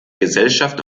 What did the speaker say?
gesellschaft